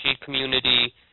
community